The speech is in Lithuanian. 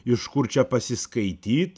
iš kur čia pasiskaityt